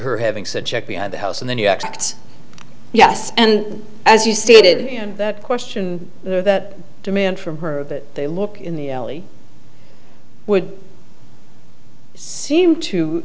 her having said check me out of the house and then you act yes and as you stated that question that demand from her of it they look in the alley would seem to